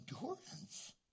endurance